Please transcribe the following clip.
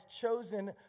chosen